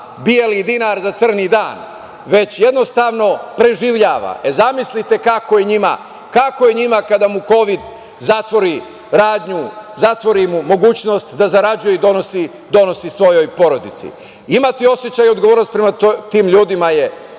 beli dinar za crni dan, već jednostavno preživljava. Zamislite kako je njima, kako je njima kada mu kovid zatvori radnju, zatvori mu mogućnost da zarađuje i donosi svojoj porodici. Imati osećaj odgovornosti prema tim ljudima je